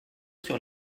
sur